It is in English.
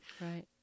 Right